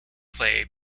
play